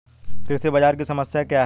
कृषि बाजार की समस्या क्या है?